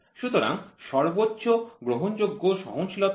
সুতরাং সর্বোচ্চ গ্রহণযোগ্য সহনশীলতা কি